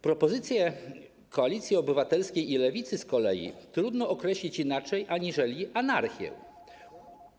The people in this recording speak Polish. Propozycje Koalicji Obywatelskiej i Lewicy z kolei trudno określić inaczej niż anarchią.